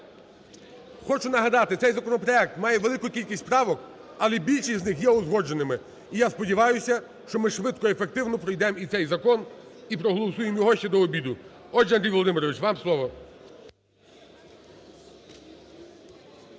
Хочу нагадати, цей законопроект має велику кількість правок, але більшість з них є узгодженими. І я сподіваюся, що ми швидко і ефективно пройдемо і цей закон і проголосуємо його ще до обіду. Отже, Андрію Володимировичу, вам слово.